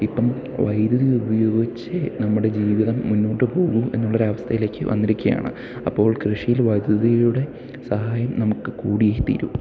ഇപ്പം വൈദ്യുതി ഉപയോഗിച്ചേ നമ്മുടെ ജീവിതം മുന്നോട്ടു പോവൂ എന്നുള്ളൊരു അവസ്ഥയിലേക്ക് വന്നിരിക്കുകയാണ് അപ്പോൾ കൃഷിയിൽ വൈദ്യുതിയുടെ സഹായം നമുക്ക് കൂടിയേ തീരൂ